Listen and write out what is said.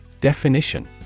Definition